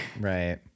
Right